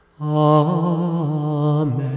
Amen